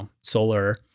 solar